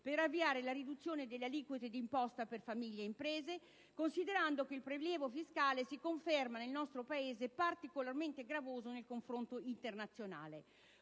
per avviare la riduzione delle aliquote di imposta per famiglie e imprese, considerato che il prelievo fiscale si conferma nel nostro Paese particolarmente gravoso nel confronto internazionale.